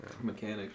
Mechanic